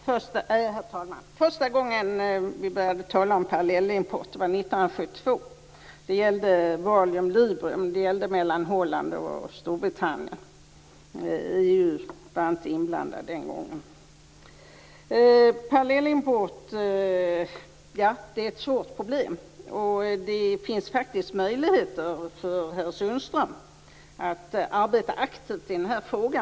Herr talman! Första gången vi började tala om parallellimport var 1972. Det gällde Valium och Librium och Holland och Storbritannien. EU var inte inblandat den gången. Parallellimport är ett svårt problem. Det finns faktiskt möjligheter för herr Sundström att arbeta aktivt i denna fråga.